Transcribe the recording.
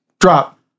drop